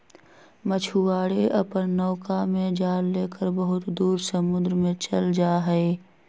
मछुआरे अपन नौका में जाल लेकर बहुत दूर समुद्र में चल जाहई